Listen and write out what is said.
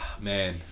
Man